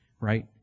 Right